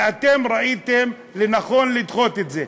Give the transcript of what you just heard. ואתם ראיתם לנכון לדחות את זה.